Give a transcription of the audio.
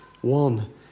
one